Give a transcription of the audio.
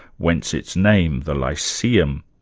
whence its name, the lyceum.